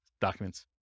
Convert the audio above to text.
documents